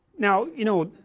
now, you know,